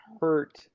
hurt